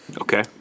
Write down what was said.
Okay